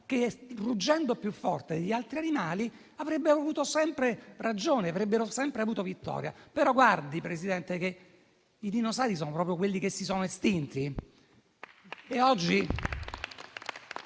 che, ruggendo più forte degli altri animali, avrebbero avuto sempre ragione, avrebbero sempre avuto vittoria; tuttavia, i dinosauri sono proprio quelli che si sono estinti